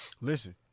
Listen